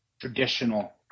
traditional